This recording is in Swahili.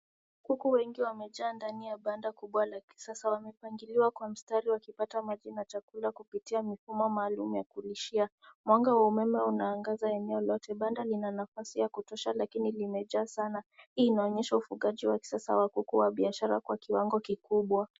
Kuku wengi wamejaa ndani ya banda kubwa la kisasa ,wamepangiliwa kwa mstari wakiipata maji na chakula ,kupitia mifumo maalum ya kulishia. Mwanga wa umeme inaangaza eneo lote. Banda lina nafasi ya kutosha lakini limejaa sana. Hii inaonyesha ufugaji wa kisasa wa kuku wa biashara kwa kiwango kikubwa.